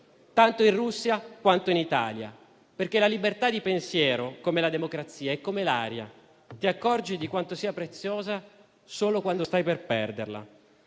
tanto in Russia, quanto in Italia. La libertà di pensiero, come la democrazia, è come l'aria: ti accorgi di quanto sia preziosa solo quando stai per perderla.